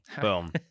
Boom